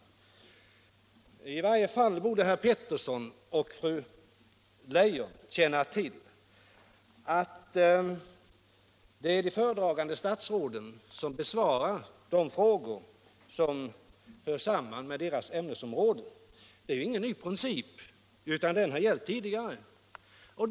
I varje fall borde herr Peterson och fru Leijon känna till att det är de föredragande statsråden som besvarar de frågor som hör samman med deras ämnesområden. Det är ju ingen ny princip, utan den har gällt tidigare.